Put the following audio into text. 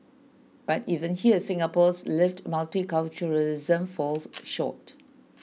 but even here Singapore's lived multiculturalism falls short